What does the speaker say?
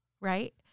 Right